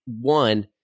one